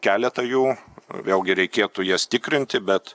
keletą jų vėlgi reikėtų jas tikrinti bet